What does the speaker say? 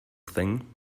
thing